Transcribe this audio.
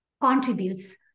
contributes